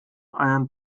einen